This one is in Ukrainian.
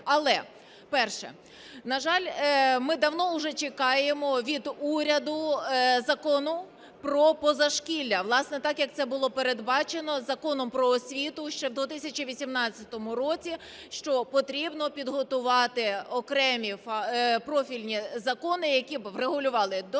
Але, перше, на жаль, ми давно уже чекаємо від уряду Закону про позашкілля, власне, так як це було передбачено Законом "Про освіту" ще в 2018 році, що потрібно підготувати окремі профільні закони, які б врегулювали дошкільну